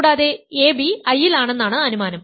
കൂടാതെ ab I ലാണെന്നാണ് അനുമാനം